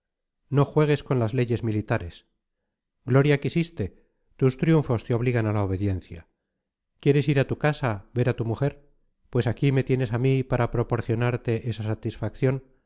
no juegues con las leyes militares gloria quisiste tus triunfos te obligan a la obediencia quieres ir a tu casa ver a tu mujer pues aquí me tienes a mí para proporcionarte esa satisfacción